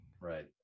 Right